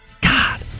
God